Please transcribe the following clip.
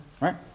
right